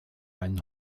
einen